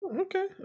okay